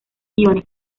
guiones